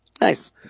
Nice